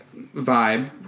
vibe